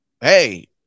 Hey